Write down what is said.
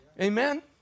Amen